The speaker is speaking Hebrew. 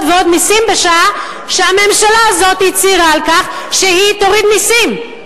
ועוד מסים בשעה שהממשלה הזאת הצהירה על כך שהיא תוריד מסים.